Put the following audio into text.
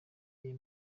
aya